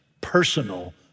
personal